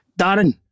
Darren